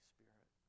Spirit